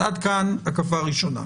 עד כאן הקפה ראשונה.